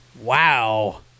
Wow